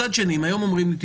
מצד שני, אם היום אומרים לי: